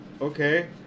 Okay